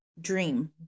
dream